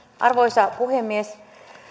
arvoisa puhemies